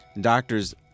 doctors